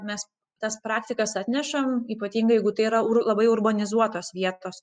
mes tas praktikas atnešam ypatingai jeigu tai yra labai urbanizuotos vietos